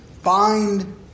find